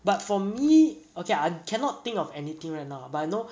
but for me okay I cannot think of anything right now but I know